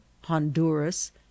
honduras